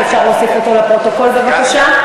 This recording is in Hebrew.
אם אפשר להוסיף אותו לפרוטוקול, בבקשה.